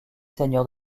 seigneurs